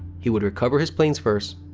he would recover his planes first,